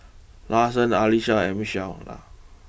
Lawson Alesha and Michaela